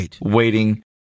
waiting